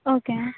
okay